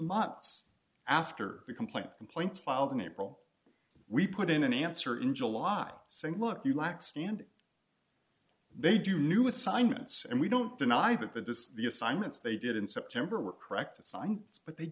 months after the complaint complaints filed in april we put in an answer in july saying look you lack standing they do new assignments and we don't deny that that this the assignments they did in september were correct assignments but they